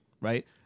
Right